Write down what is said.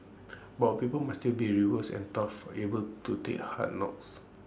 but our people must still be robust and tough able to take hard knocks